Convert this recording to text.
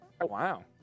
wow